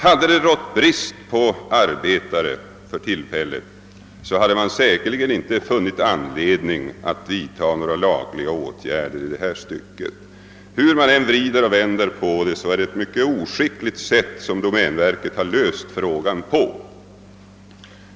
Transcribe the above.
Om det rått brist på arbetare vid ifrågavarande tidpunkt hade domänverket säkerligen inte funnit anledning att tillgripa lagliga åtgärder. Hur man än vrider och vänder på saken måste det sägas att domänverket gått till väga på ett mycket oskickligt sätt.